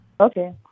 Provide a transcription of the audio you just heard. Okay